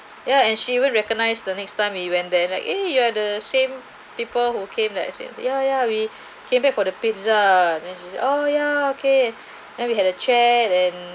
ya and she even recognize the next time we went there like eh you are the same people who came like I said ya ya we came before the pizza then she's oh ya okay then we had a chair and then